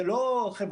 זה לא חברתי-כלכלי.